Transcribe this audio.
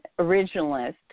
originalist